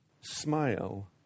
smile